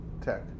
tech